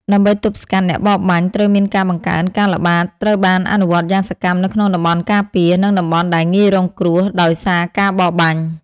ដើម្បីទប់ស្កាត់អ្នកបរបាញ់ ត្រូវមានការបង្កើនការល្បាត ត្រូវបានអនុវត្តយ៉ាងសកម្មនៅក្នុងតំបន់ការពារ និងតំបន់ដែលងាយរងគ្រោះដោយសារការបរបាញ់។